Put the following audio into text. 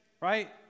right